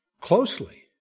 closely